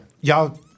Y'all